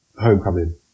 homecoming